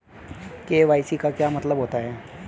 KYC का क्या मतलब होता है?